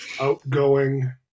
outgoing